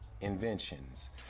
inventions